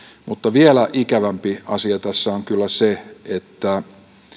mutta vielä ikävämpi asia tässä on kyllä se että